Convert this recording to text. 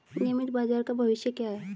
नियमित बाजार का भविष्य क्या है?